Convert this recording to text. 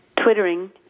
Twittering